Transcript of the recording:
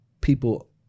people